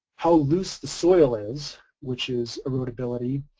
how loose the soils is, which is erodibility,